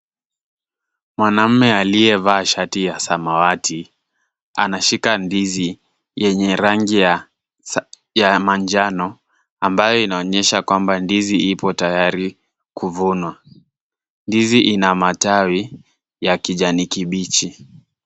Mwanaume aliyevaa shati ya samawati anashika ndizi yenye rangi ya manjano ambayo inaonyesha kwamba ndizi iko tayari kuvunwa. Ndizi ina matawi ya kijani kibichi.